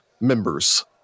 members